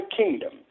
kingdom